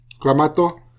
Clamato